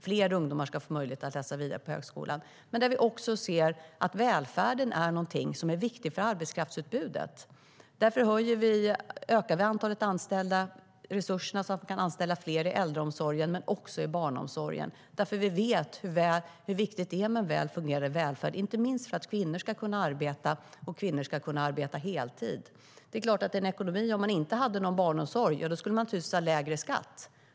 Fler ungdomar ska få möjlighet att läsa vidare på högskolan. Det är klart att det är en ekonomi. Om man inte skulle ha någon barnomsorg skulle man naturligtvis ha lägre skatt.